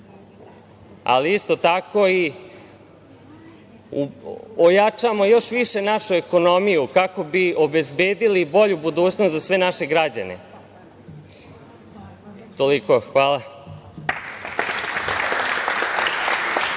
ali isto tako i ojačamo još više našu ekonomiju, kako bi obezbedili bolju budućnost za sve naše građane. Toliko, hvala.